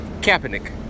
Kaepernick